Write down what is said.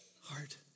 heart